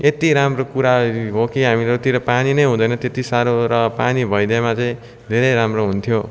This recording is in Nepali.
यत्ति राम्रो कुरा हो कि हाम्रोतिर पानी नै हुँदैन त्यति साह्रो र पानी भइदिएमा चाहिँ धेरै राम्रो हुन्थ्यो